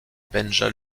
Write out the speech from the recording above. banja